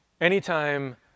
anytime